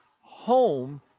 home